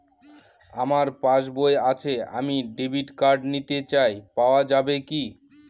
আমার পাসবই আছে আমি ডেবিট কার্ড নিতে চাই পাওয়া যাবে কি?